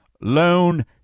loan